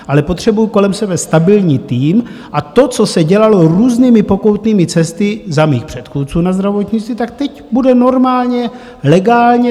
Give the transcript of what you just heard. Ale potřebuji kolem sebe stabilní tým a to, co se dělalo různými pokoutními cestami za mých předchůdců na zdravotnictví, tak teď bude normálně, legálně.